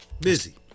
Busy